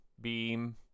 beam